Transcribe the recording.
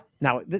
Now